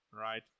right